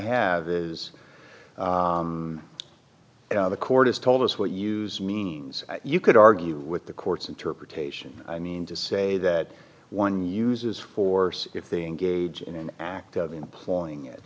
have is the court has told us what use means you could argue with the court's interpretation i mean to say that one uses force if they engage in an act of employing